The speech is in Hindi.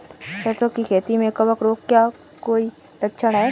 सरसों की खेती में कवक रोग का कोई लक्षण है?